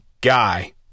guy